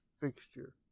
fixture